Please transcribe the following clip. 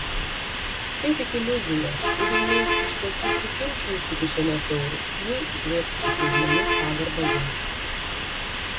tai tik iliuzija kuri nei iš tiesų prikimš jūsų kišenes eurų nei įkvėps kitų žmonių pagarbą jums